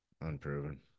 unproven